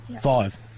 five